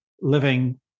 living